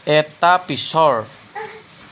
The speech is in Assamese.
এটা পিছৰ